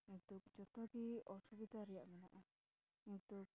ᱱᱤᱛᱳᱜ ᱡᱚᱛᱚᱜᱮ ᱚᱥᱩᱵᱤᱫᱷᱟ ᱨᱮᱭᱟᱜ ᱢᱮᱱᱟᱜᱼᱟ ᱱᱤᱛᱳᱜ